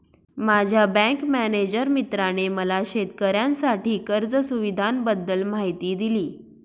माझ्या bank manager मित्राने मला शेतकऱ्यांसाठी कर्ज सुविधांबद्दल माहिती दिली